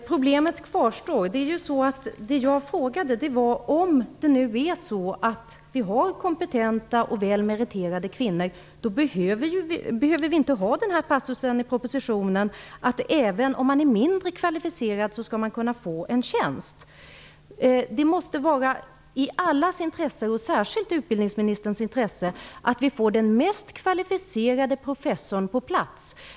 Fru talman! Problemet kvarstår. Om vi nu har kompetenta och välmeriterade kvinnor behöver vi inte i propositionen passusen om att även om man är mindre kvalificerad skall man kunna få en tjänst. Det måste vara i allas, särskilt utbildningsministerns, intresse att vi får den mest kvalificerade professorn på plats.